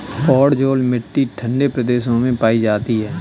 podzol मिट्टी ठंडे प्रदेशों में पाई जाती है